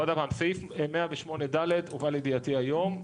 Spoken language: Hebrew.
עוד פעם, סעיף 108(ד) הובא לידיעתי היום.